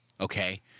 Okay